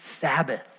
Sabbath